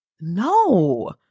No